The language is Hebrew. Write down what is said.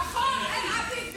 נכון, אין עתיד.